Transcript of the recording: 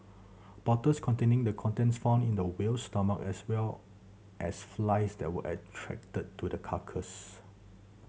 bottles containing the contents found in the whale's stomach as well as flies that were attracted to the carcass